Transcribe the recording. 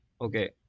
Okay